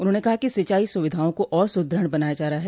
उन्होंने कहा कि सिंचाई सुविधाओं को और सुदृढ़ बनाया जा रहा है